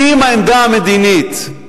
עם העמדה המדינית.